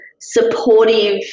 supportive